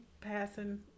passing